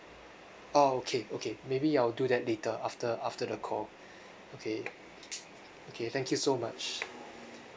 orh okay okay maybe I'll do that later after after the call okay okay thank you so much